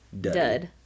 dud